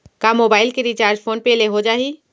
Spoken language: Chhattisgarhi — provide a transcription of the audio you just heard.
का मोबाइल के रिचार्ज फोन पे ले हो जाही?